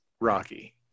Rocky